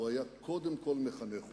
הוא היה קודם כול מחנך.